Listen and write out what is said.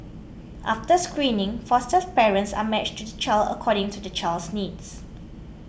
after screening foster parents are matched to the child according to the child's needs